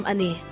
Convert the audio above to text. Ani